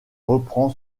reprend